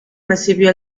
recibió